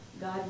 God